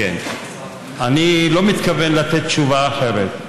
כן, אני לא מתכוון לתת תשובה אחרת.